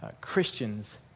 Christians